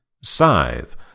Scythe